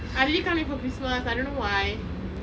I really can't wait for christmas I don't know why